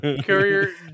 Courier